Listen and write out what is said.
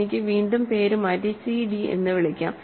എനിക്ക് വീണ്ടും പേരുമാറ്റി സി ഡി എന്ന് വിളിക്കാം